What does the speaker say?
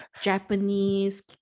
Japanese